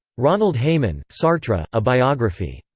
ronald hayman, sartre a biography.